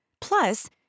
Plus